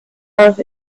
earth